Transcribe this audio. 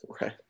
Right